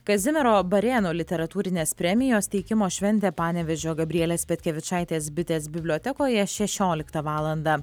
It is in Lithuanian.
kazimiero barėno literatūrinės premijos teikimo šventė panevėžio gabrielės petkevičaitės bitės bibliotekoje šešioliktą valandą